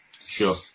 Sure